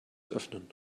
öffnen